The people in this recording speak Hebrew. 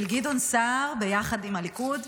של גדעון סער ביחד עם הליכוד.